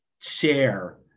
share